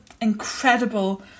incredible